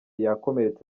yakomeretse